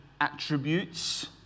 attributes